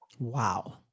Wow